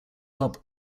hop